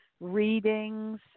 readings